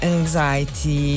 Anxiety